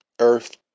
earth